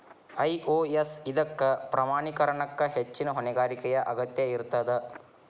IOS ಇದಕ್ಕ ಪ್ರಮಾಣೇಕರಣಕ್ಕ ಹೆಚ್ಚಿನ್ ಹೊಣೆಗಾರಿಕೆಯ ಅಗತ್ಯ ಇರ್ತದ